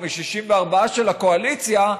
או מ-64 של הקואליציה,